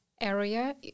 area